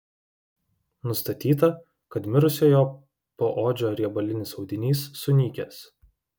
nustatyta kad mirusiojo poodžio riebalinis audinys sunykęs